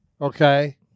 Okay